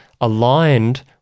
aligned